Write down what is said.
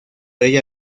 ella